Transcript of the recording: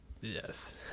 yes